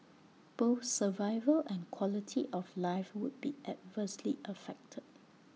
both survival and quality of life would be adversely affected